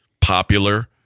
popular